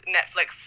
Netflix